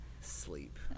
Sleep